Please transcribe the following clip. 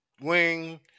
wing